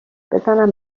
بزنم